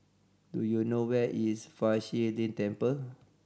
do you know where is Fa Shi Lin Temple